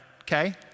okay